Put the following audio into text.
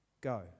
Go